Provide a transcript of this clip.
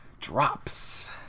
drops